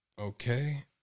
Okay